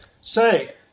Say